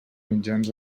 mitjans